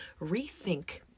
rethink